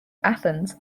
athens